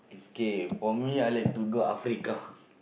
okay for me I like to go Africa